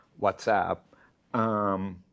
WhatsApp